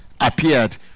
appeared